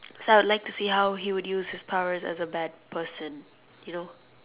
so I would like to see how he would use his powers as a bad person you know